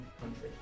country